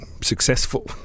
successful